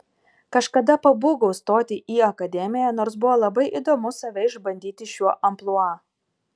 kažkada pabūgau stoti į akademiją nors buvo labai įdomu save išbandyti šiuo amplua